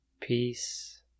Peace